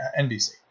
NBC